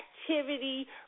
activity